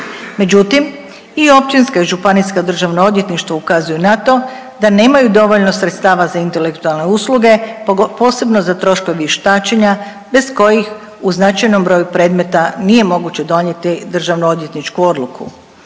Međutim i općinska i županijska državna odvjetništva ukazuju na to da nemaju dovoljno sredstava za intelektualne usluge posebno za troškove vještačenja bez kojih u značajnom broju predmeta nije moguće donijeti državno odvjetničku odluku.